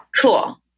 Cool